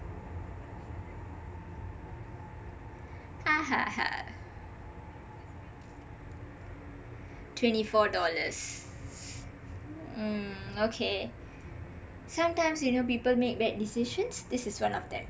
ha ha ha twenty four dollars mm okay sometimes you know people make bad decisions this is one of them